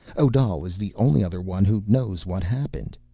odal is the only other one who knows what happened.